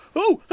oh,